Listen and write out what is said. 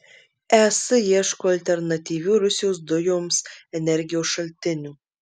es ieško alternatyvių rusijos dujoms energijos šaltinių